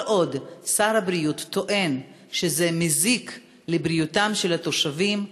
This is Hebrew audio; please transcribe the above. כל עוד שר הבריאות טוען שזה מזיק לבריאותם של התושבים,